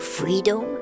freedom